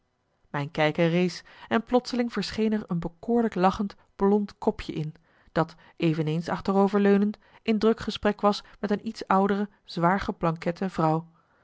mijn kijker rees en plotseling verscheen er een bekoorlijk lachend blond kopje in dat eveneens achterover leunend in druk gesprek was met een iets oudere zwaar